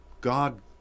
God